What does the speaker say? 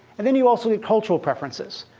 and then you also have cultural preferences.